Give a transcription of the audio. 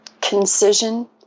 concision